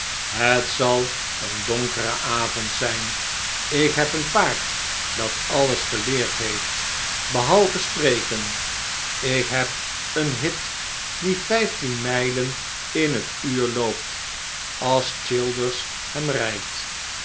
het zal een donkere avond zijn ik heb een paard dat alles geleerd heeft behalve spreken ik heb een hit die vijftien mijlen in het uur loopt als childers hem rijdt